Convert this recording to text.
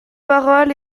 parole